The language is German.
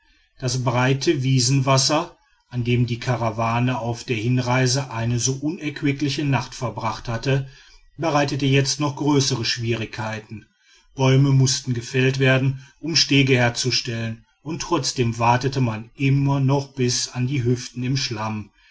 das breite wiesenwasser an dem die karawane auf der hinreise eine so unerquickliche nacht verbracht hatte bereitete jetzt noch größere schwierigkeiten bäume mußten gefällt werden um stege herzustellen und trotzdem watete man immer noch bis an die hüften im schlamm